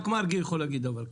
רק מרגי יכול להגיד דבר כזה.